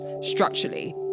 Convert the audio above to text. structurally